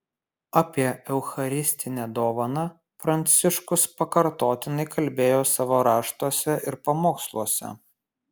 apie eucharistinę dovaną pranciškus pakartotinai kalbėjo savo raštuose ir pamoksluose